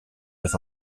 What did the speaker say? with